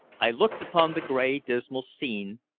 i looked upon the gray dismal scene,